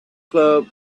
club